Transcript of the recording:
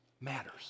matters